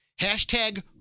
Hashtag